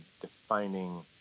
defining